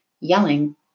Yelling